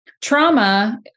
Trauma